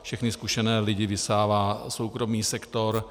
Všechny zkušené lidi vysává soukromý sektor.